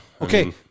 Okay